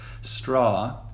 Straw